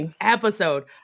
episode